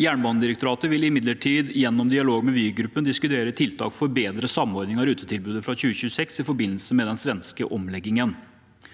Jernbanedirektoratet vil imidlertid gjennom dialog med Vygruppen diskutere tiltak for bedre samordning av rutetilbudet fra 2026 i forbindelse med den svenske omleggingen.